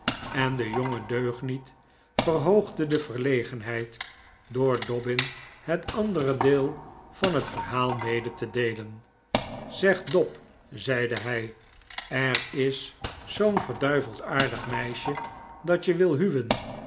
en de jonge deugniet verhoogde de verlegenheid door dobbin het andere deel van het verhaal mede te deelen zeg dob zeide hij er is zoo'n verduiveld aardig meisje dat je wil huwen